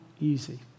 easy